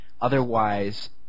otherwise